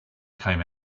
came